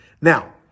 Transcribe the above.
Now